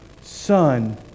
son